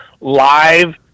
Live